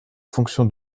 fonction